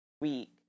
week